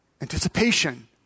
anticipation